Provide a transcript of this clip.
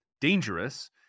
dangerous